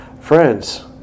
friends